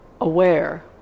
aware